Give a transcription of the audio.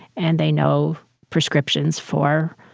and they know prescriptions for